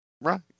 Right